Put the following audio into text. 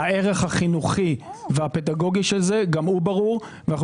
הערך החינוכי והפדגוגי של זה גם הוא ברור ואנו